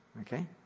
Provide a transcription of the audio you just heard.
Okay